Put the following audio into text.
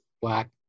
Black